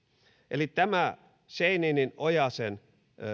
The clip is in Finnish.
eli tämä scheininin ja ojasen